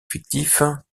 fictifs